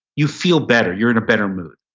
you feel better, you're in a better mood.